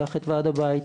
ייקח את ועד הבית,